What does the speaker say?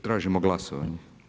Tražimo glasovanje.